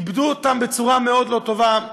כיבדו אותם בצורה מאוד לא טובה.